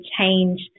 change